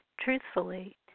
truthfully